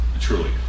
truly